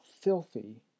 filthy